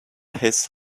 his